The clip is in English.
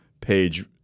page